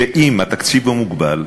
שאם התקציב מוגבל,